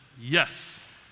Yes